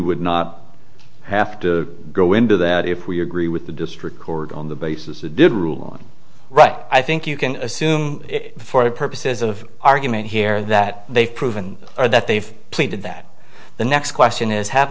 would not have to go into that if we agree with the district court on the basis that did rule on right i think you can assume for the purposes of argument here that they've proven or that they've pleaded that the next question is have